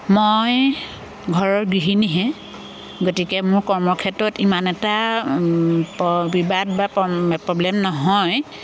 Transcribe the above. মই ঘৰৰ গৃহিণীহে গতিকে মোৰ কৰ্মক্ষেত্ৰত ইমান এটা প বিবাদ বা প্ৰ প্ৰব্লেম নহয়